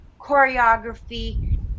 choreography